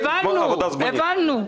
הבנו.